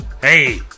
hey